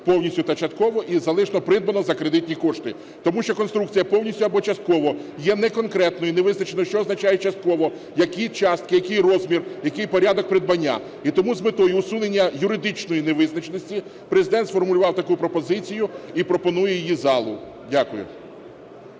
"повністю та частково" і залишено "придбано за кредитні кошти". Тому що конструкція "повністю або частково" є неконкретною і не визначено, що означає частково, які частки, який розмір, який порядок придбання. І тому з метою усунення юридичної невизначеності Президент сформулював таку пропозицію і пропонує її залу. Дякую.